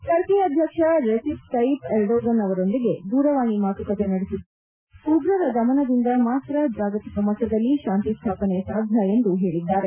Turkey ಅಧ್ಯಕ್ಷ Recep Tayyip Erdogan ಅವರೊಂದಿಗೆ ದೂರವಾಣಿ ಮಾತುಕತೆ ನಡೆಸಿದ ಪ್ರಧಾನಮಂತ್ರಿಗಳು ಉಗ್ರರ ದಮನದಿಂದ ಮಾತ್ರ ಜಾಗತಿಕ ಮಟ್ಟದಲ್ಲಿ ಶಾಂತಿ ಸ್ಥಾಪನೆ ಸಾಧ್ಯ ಎಂದು ಹೇಳಿದ್ದಾರೆ